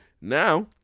Now